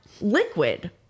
liquid